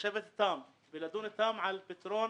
לשבת אתם ולדון אתם על פתרון